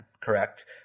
Correct